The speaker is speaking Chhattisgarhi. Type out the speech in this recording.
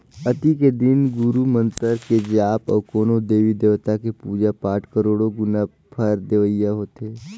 अक्ती के दिन गुरू मंतर के जाप अउ कोनो देवी देवता के पुजा पाठ करोड़ो गुना फर देवइया होथे